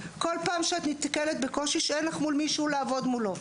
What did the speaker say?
כל פעם שאת נתקלת בקושי שאין לך מישהו לעבוד מולו.